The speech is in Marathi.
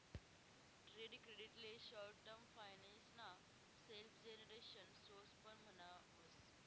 ट्रेड क्रेडिट ले शॉर्ट टर्म फाइनेंस ना सेल्फजेनरेशन सोर्स पण म्हणावस